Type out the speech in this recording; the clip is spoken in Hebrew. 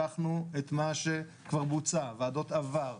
לקחנו את מה שכבר בוצע: ועדות עבר,